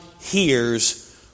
hears